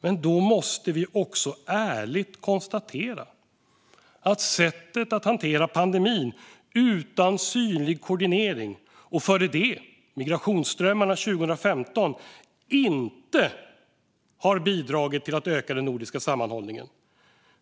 Men då måste vi också ärligt konstatera att sättet att hantera pandemin - utan synlig koordinering - och före det migrationsströmmarna 2015 inte har bidragit till att öka den nordiska sammanhållningen.